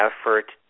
effort